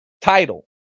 title